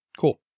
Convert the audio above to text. cool